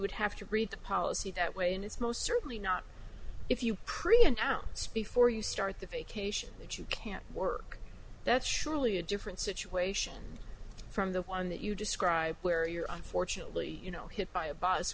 would have to agree to policy that way and it's most certainly not if you print out speak for you start the vacation that you can't work that's surely a different situation from the one that you describe where you're unfortunately you know hit by a b